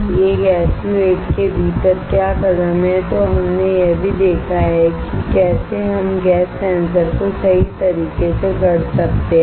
एक SU 8 के भीतर क्या कदम हैं तो हमने यह भी देखा है कि कैसे हम गैस सेंसर को सही तरीके से गढ़ सकते हैं